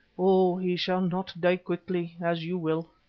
oh! he shall not die quickly as you will.